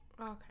Okay